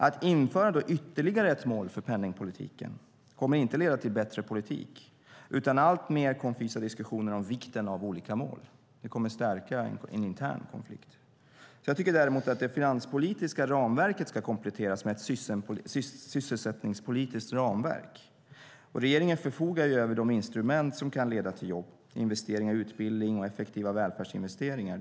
Att införa ytterligare ett mål för penningpolitiken kommer inte att leda till bättre politik utan alltmer konfysa diskussioner om vikten av olika mål. Det kommer att stärka en intern konflikt. Jag tycker däremot att det finanspolitiska ramverket ska kompletteras med ett sysselsättningspolitiskt ramverk. Regeringen förfogar ju över de instrument som kan leda till jobb - investeringar i utbildning och effektiva välfärdsinvesteringar.